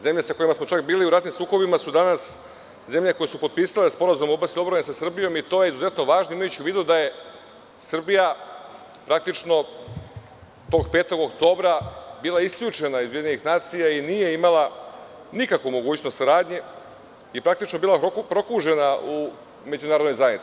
Zemlje sa kojima smo bili u ratnim sukobima su danas zemlje koje su potpisale sporazum u oblasti odbrane sa Srbijom i to je izuzetno važno, imajući u vidu da je Srbija praktično tog 5. oktobra bila isključena iz UN i nije imala nikakvu mogućnost saradnje i bila prokužena u međunarodnoj zajednici.